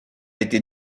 été